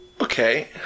Okay